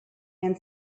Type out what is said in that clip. and